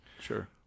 Sure